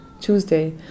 Tuesday